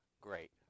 great